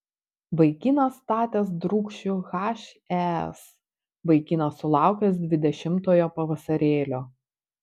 vaikinas statęs drūkšių hes vaikinas sulaukęs dvidešimtojo pavasarėlio